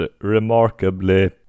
remarkably